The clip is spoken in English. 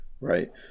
Right